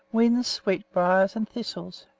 whins, sweetbriar, and thistles.